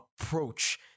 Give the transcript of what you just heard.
approach